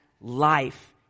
life